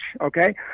okay